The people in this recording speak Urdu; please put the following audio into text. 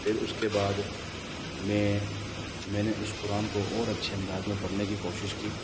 پھر اس کے بعد میں میں نے اس قرآن کو اور اچھے انداز میں پڑھنے کی کوشش کی